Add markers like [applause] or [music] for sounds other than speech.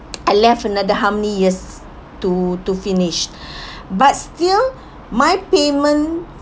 I left another how many years to to finish [breath] but still my payment